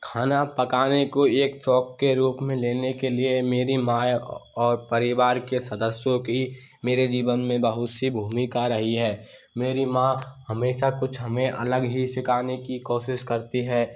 खाना पकाने को एक शौक के रूप में लेने के लिए मेरी माँ और परिवार के सदस्यों की मेरे जीवन में बहुत सी भूमिका रही है मेरी माँ हमेशा कुछ हमें अलग ही सीखाने की कोशिश करती है